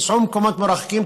תיסעו ממקומות רחוקים,